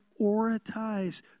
prioritize